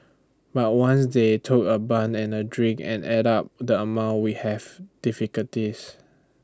but once they took A bun and A drink and added up the amount we have difficulties